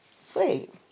Sweet